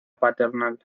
paternal